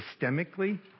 systemically